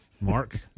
Mark